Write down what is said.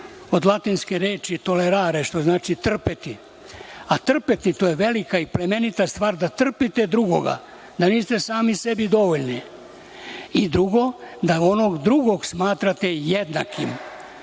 od latinske reči „tolerale“, što znači „trpeti“, a trpeti je velika i plemenita stvar, da trpite drugoga, da niste sami sebi dovoljni. Drugo, da onog drugog smatrate jednakim.